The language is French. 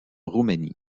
roumanie